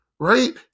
right